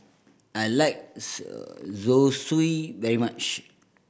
I like Zosui very much